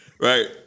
Right